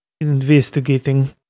investigating